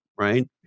right